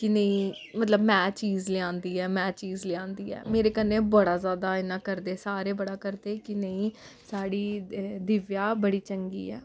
कि नेईं मतलब में चीज़ लेआंदी ऐ में चीज़ लेआंदी ऐ मेरे कन्नै बड़ा ज्यादा इ'यां करदे सारे बड़ा करदे कि नेईं साढ़ी दिव्या बड़ी चंगी ऐ